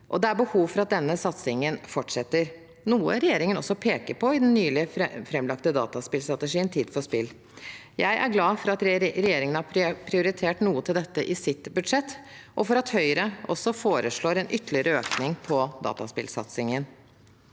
Det er behov for at denne satsingen fortsetter, noe regjeringen også peker på i den nylig framlagte dataspillstrategien Tid for spill. Jeg er glad for at regjeringen har prioritert noe til dette i sitt budsjett, og for at Høyre også foreslår en ytterligere økning i dataspillsatsingen.